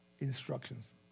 instructions